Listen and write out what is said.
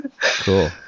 cool